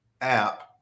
app